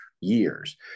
years